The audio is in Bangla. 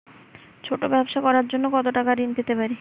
ছোট ব্যাবসা করার জন্য কতো টাকা ঋন পেতে পারি?